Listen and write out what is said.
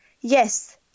yes